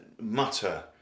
mutter